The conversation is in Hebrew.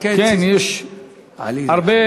יש הרבה